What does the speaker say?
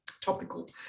topical